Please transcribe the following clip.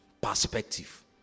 Perspective